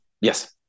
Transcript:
yes